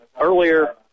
earlier